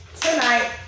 tonight